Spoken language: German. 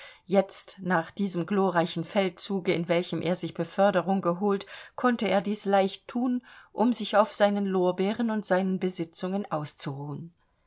jetzt nach diesem glorreichen feldzuge in welchem er sich beförderung geholt konnte er dies leicht thun um sich auf seinen lorbeeren und seinen besitzungen auszuruhen